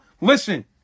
listen